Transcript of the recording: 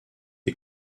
des